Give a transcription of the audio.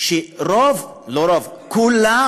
הוא שרוב, לא רוב, כולם,